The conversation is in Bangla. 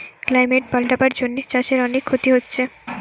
ক্লাইমেট পাল্টাবার জন্যে চাষের অনেক ক্ষতি হচ্ছে